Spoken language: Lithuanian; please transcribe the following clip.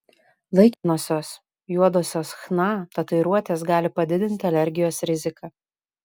laikinosios juodosios chna tatuiruotės gali padidinti alergijos riziką